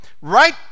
right